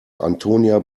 antonia